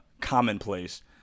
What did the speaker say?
commonplace